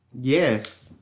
Yes